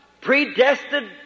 predestined